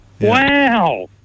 Wow